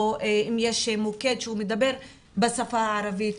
או אם יש מוקד שהוא מדבר בשפה הערבית,